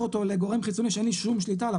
אותו לגורם חיצוני שאין לי שום שליטה עליו,